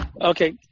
Okay